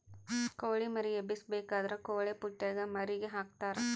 ಕೊಳಿ ಮರಿ ಎಬ್ಬಿಸಬೇಕಾದ್ರ ಕೊಳಿಪುಟ್ಟೆಗ ಮರಿಗೆ ಹಾಕ್ತರಾ